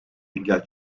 engel